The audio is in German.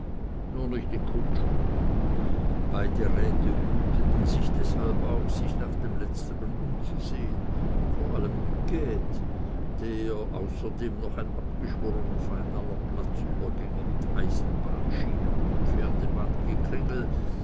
nur nicht den kutscher beide räte hüteten sich deshalb auch sich nach dem letzteren umzusehen vor allem duquede der außerdem noch ein abgeschworener feind aller platzübergänge mit eisenbahnschienen und